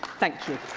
thank you.